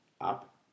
up